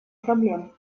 проблем